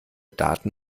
daten